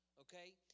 Okay